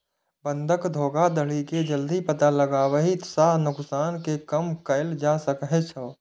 बंधक धोखाधड़ी के जल्दी पता लगाबै सं नुकसान कें कम कैल जा सकै छै